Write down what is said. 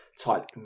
type